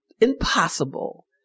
impossible